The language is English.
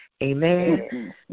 Amen